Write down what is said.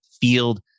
Field